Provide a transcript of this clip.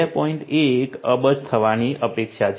1 અબજ થવાની અપેક્ષા છે